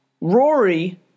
Rory